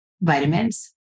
vitamins